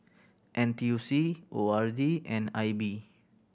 N T U C O R D and I B